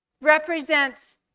represents